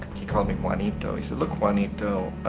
he called me juanito he said look juanito,